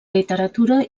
literatura